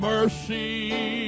Mercy